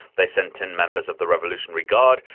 they sent in members of the revolutionary guard.